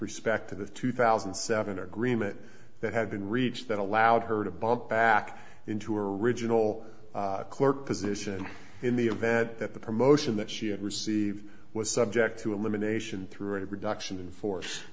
respect to the two thousand and seven agreement that had been reached that allowed her to bump back into original clerk position in the event that the promotion that she had received was subject to elimination through a reduction in force